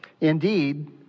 Indeed